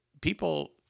people